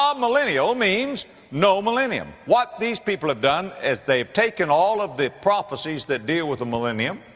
um amillennial means, no millennium. what these people have done is they've taken all of the prophecies that deal with the millennium,